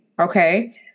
Okay